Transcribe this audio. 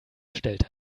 stellte